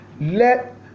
let